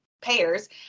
payers